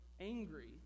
angry